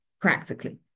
practically